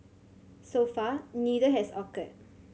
so far neither has occurred